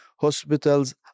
hospitals